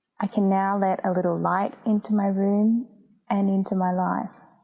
i can now let a little light into my room and into my life.